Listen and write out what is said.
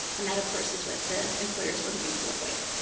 and that, of course, is what the employers were hoping to avoid.